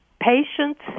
patients